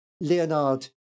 Leonard